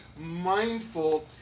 mindful